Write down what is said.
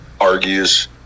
argues